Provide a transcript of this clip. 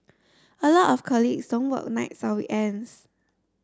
a lot of colleagues don't work nights or weekends